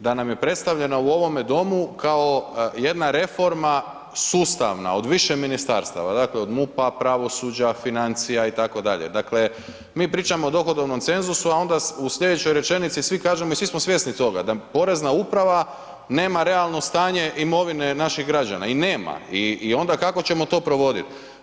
da nam je predstavljena u ovome Domu kao jedna reforma sustavna od više Ministarstava, dakle od MUP-a, Pravosuđa, Financija i tako dalje, dakle mi pričamo o dohodovnom cenzusu a onda u sljedećoj rečenici svi kažemo i svi smo svjesni toga da Porezna uprava nema realno stanje imovine naših građana, i nema, i onda kako ćemo to provodit?